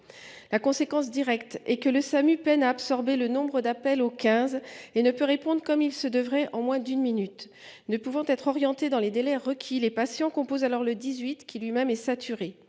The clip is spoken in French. Samu (service d'aide médicale urgente) peine à absorber le nombre d'appels au 15 et ne peut répondre comme il le devrait en moins d'une minute. Ne pouvant être orientés dans les délais requis, les patients composent alors le 18, qui, lui-même, est saturé.